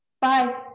Bye